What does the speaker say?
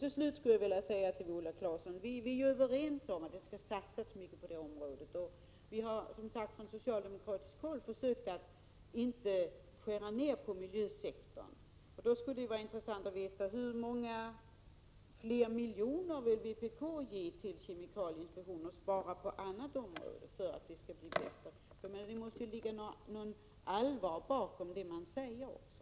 Till slut vill jag säga till Viola Claesson: Vi är överens om att det skall satsas mycket på detta område. Vi har från socialdemokratiskt håll försökt att inte skära ned inom miljösektorn. Det skulle därför vara intressant att få veta hur många fler miljoner vpk vill ge till kemikalieinspektionen och spara in på andra områden för att åstadkomma bättre förhållanden. Det måste ju ligga något av allvar bakom det som man säger.